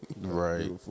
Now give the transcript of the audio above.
Right